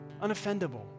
unoffendable